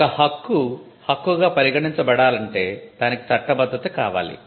ఒక హక్కు హక్కుగా పరిగణించబడాలంటే దానికి చట్టబద్ధత కావాలి